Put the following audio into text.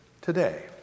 Today